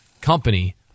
company